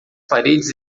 paredes